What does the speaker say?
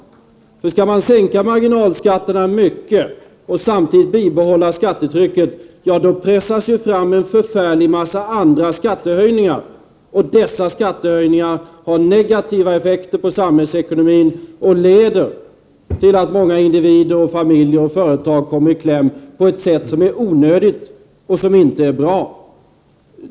Skall man nämligen sänka marginalskatterna mycket och samtidigt bibehålla skattetrycket, så pressas ju en förfärlig massa andra skattehöjningar fram, och dessa skattehöjningar har negativa effekter på samhällsekonomin och leder till att många individer, familjer och företag kommer i kläm på ett sätt som är onödigt och som inte är bra.